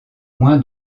moins